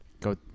go